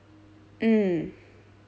mm